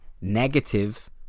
negative